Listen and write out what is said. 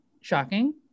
shocking